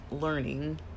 learning